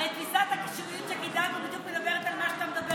הרי תפיסת הקישוריות שקידמנו מדברת בדיוק על מה שאתה מדבר,